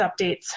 updates